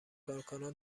کارکنان